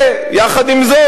ויחד עם זאת,